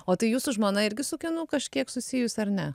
o tai jūsų žmona irgi su kinu kažkiek susijus ar ne